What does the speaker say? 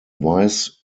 vice